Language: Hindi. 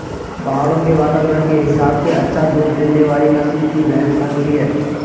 पहाड़ों के वातावरण के हिसाब से अच्छा दूध देने वाली नस्ल की भैंस कौन सी हैं?